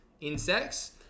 insects